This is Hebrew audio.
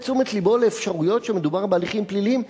תשומת לבו לאפשרויות שמדובר בהליכים פליליים?